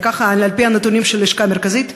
על-פי הנתונים של הלשכה המרכזית לסטטיסטיקה,